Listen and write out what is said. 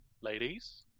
ladies